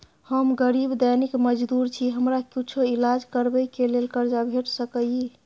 हम गरीब दैनिक मजदूर छी, हमरा कुछो ईलाज करबै के लेल कर्जा भेट सकै इ?